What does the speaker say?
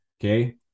Okay